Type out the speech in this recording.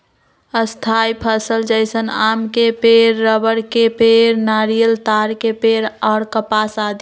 स्थायी फसल जैसन आम के पेड़, रबड़ के पेड़, नारियल, ताड़ के पेड़ और कपास आदि